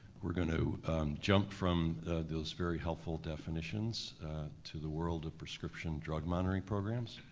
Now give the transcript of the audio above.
we're going to jump from those very helpful definitions to the world of prescription drug monitoring programs.